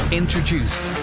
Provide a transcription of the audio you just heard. introduced